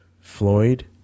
Floyd